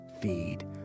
feed